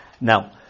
Now